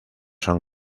son